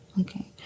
Okay